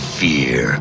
fear